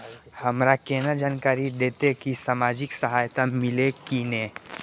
हमरा केना जानकारी देते की सामाजिक सहायता मिलते की ने?